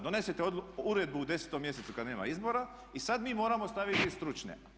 Donesite uredbu u 10 mjesecu kada nema izbora i sada mi moramo staviti stručne.